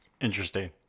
Interesting